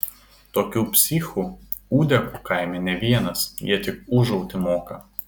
tokių psichų ūdekų kaime ne vienas jie tik ūžauti moka